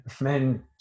men